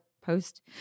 post